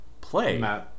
play